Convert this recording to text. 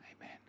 Amen